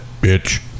bitch